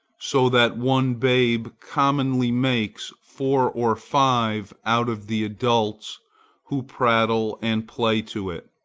so that one babe commonly makes four or five out of the adults who prattle and play to it.